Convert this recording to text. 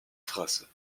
france